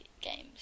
games